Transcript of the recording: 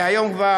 והיום כבר,